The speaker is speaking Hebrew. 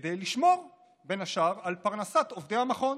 כדי לשמור בין השאר על פרנסת עובדי המכון.